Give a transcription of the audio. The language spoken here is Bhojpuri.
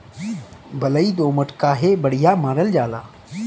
बलुई दोमट काहे बढ़िया मानल जाला?